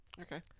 Okay